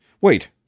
Wait